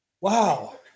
Wow